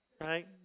right